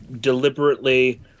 deliberately